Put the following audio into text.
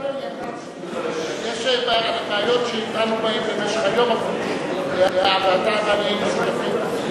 יש בעיות שדנו בהן ואתה ואני היינו שותפים.